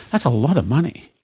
that's a lot of money.